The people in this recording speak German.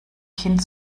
kind